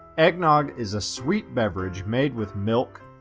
eggnog is a sweet beverage made with milk,